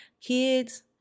kids